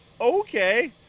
okay